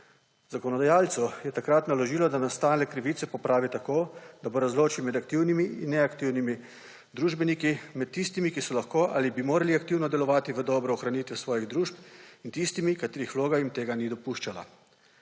Zakonodajalcu je takrat naložilo, da nastale krivice popravi tako, da bo razločil med aktivnimi in neaktivnimi družbeniki, med tistimi, ki so lahko ali bi morali aktivno delovati v dobro ohranitev svojih družb, in tistimi, katerih vloga jim tega ni dopuščala.